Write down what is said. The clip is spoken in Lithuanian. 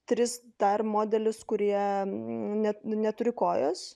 tris dar modelius kurie ne neturi kojos